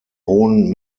hohen